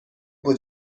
بود